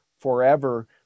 forever